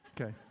Okay